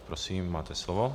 Prosím, máte slovo.